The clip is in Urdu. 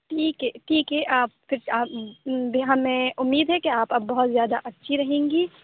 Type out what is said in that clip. ٹھیک ہے ٹھیک ہے آپ پھر آپ ہمیں امید ہے کہ آپ اب بہت زیادہ اچھی رہیں گی